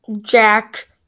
Jack